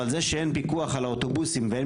אבל זה שאין פיקוח על האוטובוסים ואין